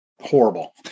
Horrible